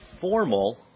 formal